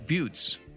Buttes